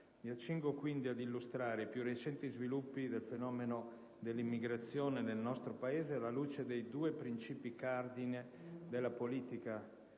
Mi accingo quindi ad illustrare i più recenti sviluppi del fenomeno dell'immigrazione nel nostro Paese alla luce dei due principi cardine della politica del